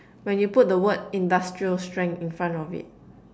when you put the word industrial strength in front of it